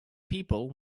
people